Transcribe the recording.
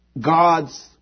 God's